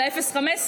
על ה-0.15,